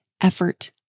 effort